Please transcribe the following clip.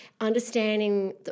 understanding